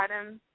items